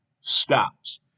stops